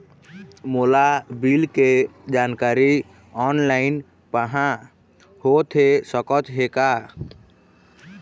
मोला बिल के जानकारी ऑनलाइन पाहां होथे सकत हे का?